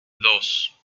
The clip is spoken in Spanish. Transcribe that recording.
dos